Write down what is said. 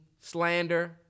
slander